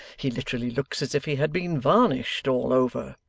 he literally looks as if he had been varnished all over